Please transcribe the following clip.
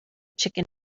chicken